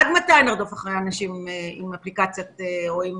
עד מתי נרדוף אחרי אנשים עם אפליקציה או עם